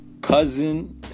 Cousin